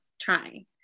trying